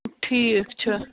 ٹھیٖک چھُ